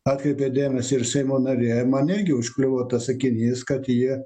atkreipė dėmesį ir seimo narė man irgi užkliuvo tas sakinys kad jie